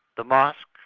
the mosque,